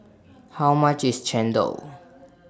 How much IS Chendol